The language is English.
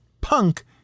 punk